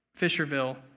Fisherville